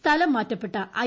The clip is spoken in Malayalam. സ്ഥലംമാറ്റപ്പെട്ട ഐ